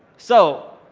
so,